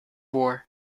war